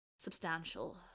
substantial